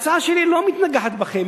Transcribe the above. ההצעה שלי לא מתנגחת בכם,